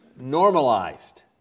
normalized